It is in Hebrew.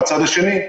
מהצד השני,